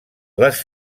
les